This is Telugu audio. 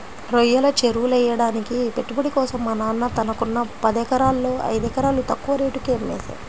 రొయ్యల చెరువులెయ్యడానికి పెట్టుబడి కోసం మా నాన్న తనకున్న పదెకరాల్లో ఐదెకరాలు తక్కువ రేటుకే అమ్మేశారు